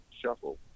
shuffle